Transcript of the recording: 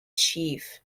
chief